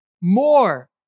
more